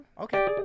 okay